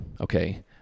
Okay